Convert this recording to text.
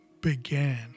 began